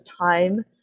time